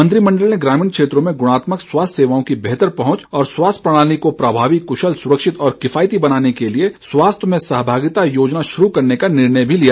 मंत्रिमण्डल ने ग्रामीण क्षेत्रों में गुणात्मक स्वास्थ्य सेवाओं की बेहतर पहुंच और स्वास्थ्य प्रणाली को प्रभावी कुशल सुरक्षित और किफायती बनाने के लिए स्वास्थ्य में सहभागिता योजना शुरू करने का निर्णय भी लिया